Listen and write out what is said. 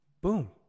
Boom